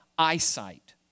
Eyesight